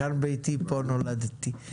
כאן ביתי, פה נולדתי.